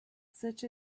such